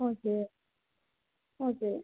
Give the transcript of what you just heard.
okay okay